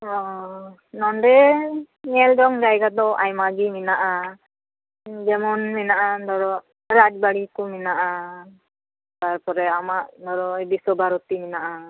ᱚ ᱱᱚᱸᱰᱮ ᱧᱮᱞᱡᱚᱝ ᱡᱟᱭᱜᱟ ᱫᱚ ᱟᱭᱢᱟᱜᱮ ᱢᱮᱱᱟᱜᱼᱟ ᱡᱮᱢᱚᱱ ᱢᱮᱱᱟᱜᱼᱟ ᱫᱷᱚᱨᱚ ᱨᱟᱡᱽ ᱵᱟᱹᱲᱤ ᱠᱚ ᱢᱮᱱᱟᱜᱼᱟ ᱛᱟᱨᱚᱨᱮ ᱟᱢᱟᱜ ᱫᱷᱚᱨᱚ ᱵᱤᱥᱥᱚ ᱵᱷᱟᱨᱚᱛᱤ ᱢᱮᱱᱟᱜᱼᱟ